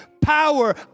power